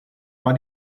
war